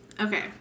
Okay